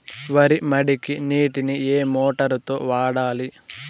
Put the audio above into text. వరి మడికి నీటిని ఏ మోటారు తో వాడాలి?